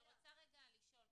אני רוצה רגע לשאול,